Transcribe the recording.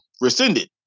rescinded